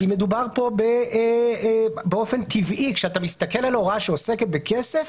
כי באופן טבעי כשאתה מסתכל על הוראה שעוסקת בכסף,